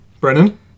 Brennan